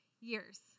years